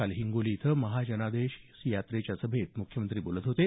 काल हिंगोली इथं महाजनादेश यात्रेच्या सभेत मुख्यमंत्री बोलत होते